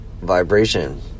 Vibration